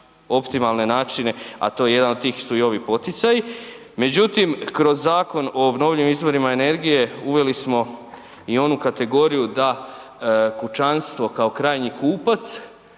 optimalne načine, a to je jedan od tih su i ovi poticaji, međutim kroz Zakon o obnovljivim izvorima energije uveli smo i onu kategoriju da kućanstvo kao krajnji kupac